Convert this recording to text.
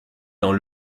dans